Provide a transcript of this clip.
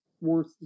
worth